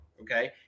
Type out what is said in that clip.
okay